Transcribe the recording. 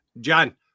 John